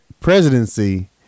presidency